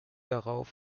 darauf